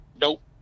nope